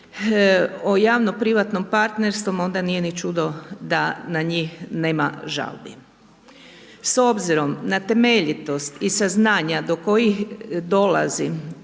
od javno privatnom partnerstvu, onda nije ni čudo da na njih nema žalbi. S obzirom na temeljitost i saznanja do kojih dolazi